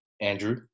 Andrew